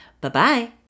Bye-bye